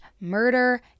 murder